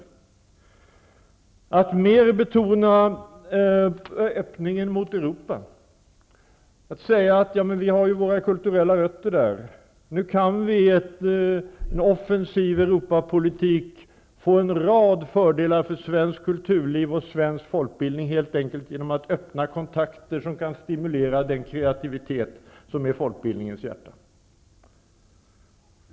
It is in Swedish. Vi vill mer betona öppningen mot Europa, säga att vi har våra kulturella rötter där. Nu kan vi med en offensiv Europapolitik få en rad fördelar för svenskt kulturliv och svensk folkbildning helt enkelt genom att öppna kontakter som kan stimulera den kreativitet som är folkbildningens hjärta.